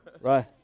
right